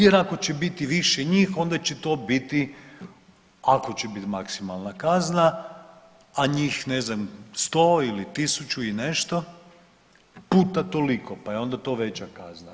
Jer ako će biti više njih onda će to biti ako će biti maksimalna kazna a njih ne znam 100 ili tisuću i nešto puta toliko, pa je onda to veća kazna.